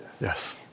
Yes